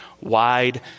wide